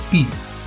Peace